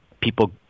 people